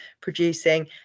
producing